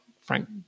Frank